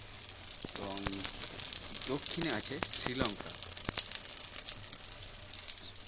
এবং দক্ষিণে আছে শ্রীলঙ্কা